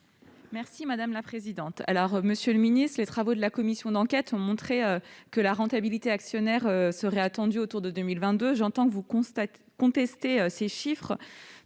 Christine Lavarde. Monsieur le ministre, les travaux de la commission d'enquête ont montré que la rentabilité pour les actionnaires serait atteinte autour de 2022. J'entends que vous contestez ces chiffres.